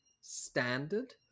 standard